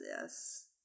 yes